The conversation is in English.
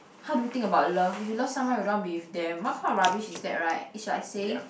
how do you think about love if you love someone you don't want to be with them what kind of rubbish is that right it's like saying